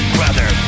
Brother